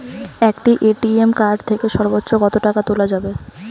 একটি ATM card থেকে সর্বোচ্চ কত টাকা তোলা যাবে?